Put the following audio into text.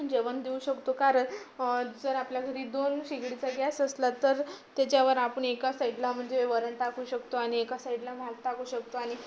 जेवण देऊ शकतो कारण जर आपल्या घरी दोन शेगडीचा गॅस असला तर त्याच्यावर आपण एका साईडला म्हणजे वरण टाकू शकतो आणि एका साईडला भात टाकू शकतो आणि